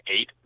eight